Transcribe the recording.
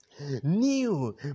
new